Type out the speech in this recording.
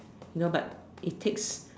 you know but it takes